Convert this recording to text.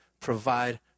Provide